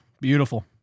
beautiful